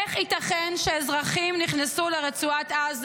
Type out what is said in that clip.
איך ייתכן שאזרחים נכנסו לרצועת עזה?